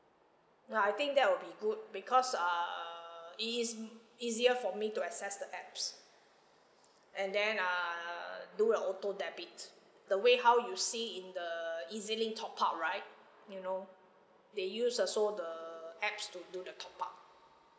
ya I think that will be good because err it is easier for me to access the apps and then err do the auto debit the way how you see in the E_Z link top up right you know they use also the apps to do the top up